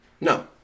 No